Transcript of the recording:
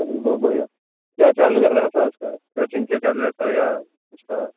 चलिए बहुत बढ़िया क्या चार्ज वगैरह रहता है उसका कैटरिंग का क्या चार्ज रहता है या उसका